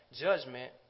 judgment